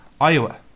Iowa